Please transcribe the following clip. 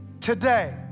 today